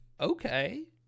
okay